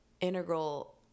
integral